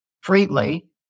freely